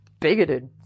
bigoted